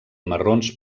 marrons